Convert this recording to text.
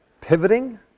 pivoting